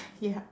ya